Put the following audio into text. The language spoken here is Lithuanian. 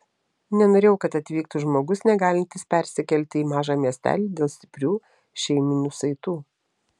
nenorėjau kad atvyktų žmogus negalintis persikelti į mažą miestelį dėl stiprių šeiminių saitų